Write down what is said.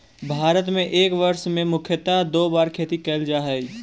भारत में एक वर्ष में मुख्यतः दो बार खेती कैल जा हइ